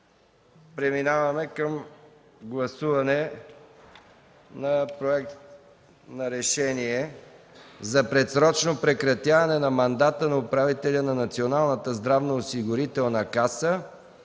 Преминаваме към гласуване на: „Проект! РЕШЕНИЕ за предсрочно прекратяване на мандата на управителя на Националната здравноосигурителна каса